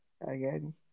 Again